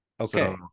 okay